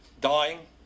dying